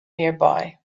nearby